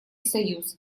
союз